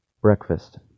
Breakfast